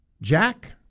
Jack